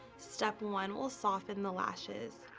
step one will soften the lashes.